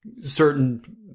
certain